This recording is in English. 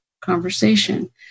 conversation